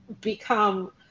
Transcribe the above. become